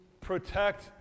protect